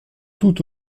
toute